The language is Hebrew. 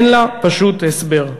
אין לה פשוט הסבר.